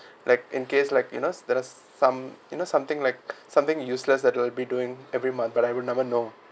like in case like you know there are some you know something like something useless that we're be doing every month but I will never know